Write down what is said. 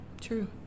true